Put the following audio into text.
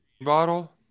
bottle